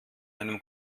einem